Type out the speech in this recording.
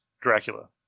Dracula